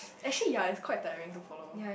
actually ya is quite tiring to follow